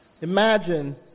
Imagine